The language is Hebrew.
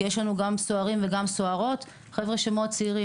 כי יש לנו גם סוהרים וסוהרות מאוד צעירים